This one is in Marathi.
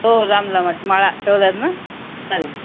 हो लांब लांबच माळा ठेवतात ना चालेल